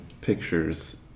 pictures